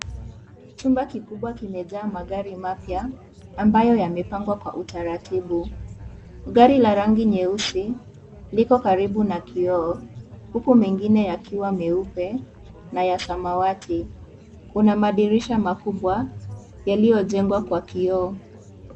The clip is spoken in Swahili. Chumba kikubwa kimejaa magari mapya ambayo yamepangwa kwa utaratibu, gari la rangi nyeusi, lipo karibu na kioo huku mengine yakiwa meupe na ya samawati, kuna madirisha makubwa yaliyojengwa kwa kioo.